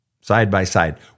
side-by-side